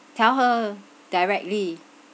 tell her directly